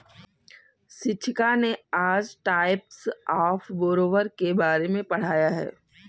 शिक्षिका ने आज टाइप्स ऑफ़ बोरोवर के बारे में पढ़ाया है